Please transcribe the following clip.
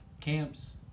camps